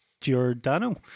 Giordano